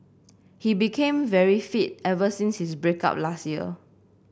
he became very fit ever since his break up last year